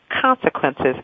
consequences